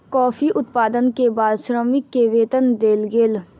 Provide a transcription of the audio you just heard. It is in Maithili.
कॉफ़ी उत्पादन के बाद श्रमिक के वेतन देल गेल